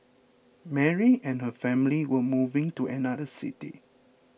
Mary and her family were moving to another city